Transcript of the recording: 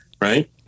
right